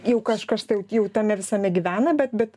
jau kažkas tai jau tame visame gyvena bet bet